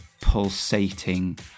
pulsating